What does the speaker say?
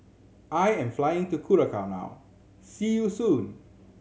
I am flying to Curacao now see you soon